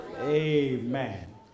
Amen